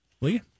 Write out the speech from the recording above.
Lee